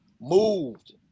moved